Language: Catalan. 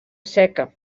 seca